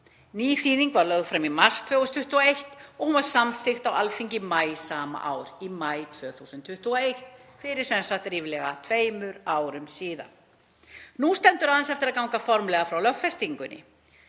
Ný þýðing var lögð fram í mars 2021 og hún var samþykkt á Alþingi í maí sama ár fyrir ríflega tveimur árum síðan. Nú stendur aðeins eftir að ganga formlega frá lögfestingunni.